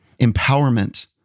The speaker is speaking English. Empowerment